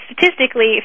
statistically